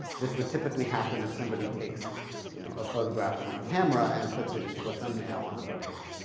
this would typically happen if somebody takes you know a photograph from a camera and puts it into a thumbnail on a webpage.